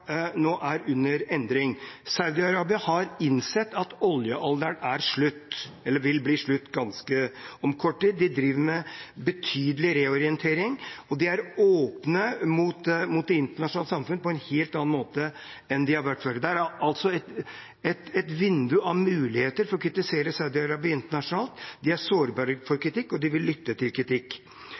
nå er i endring. Saudi-Arabia har innsett at oljealderen er slutt – eller vil slutte om ganske kort tid. De driver med en betydelig reorientering, og de er åpne mot det internasjonale samfunnet på en helt annen måte enn de har vært før. Der har vi altså et vindu av muligheter for å kritisere Saudi-Arabia internasjonalt. De er sårbare for kritikk, og de vil lytte til kritikk.